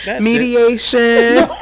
Mediation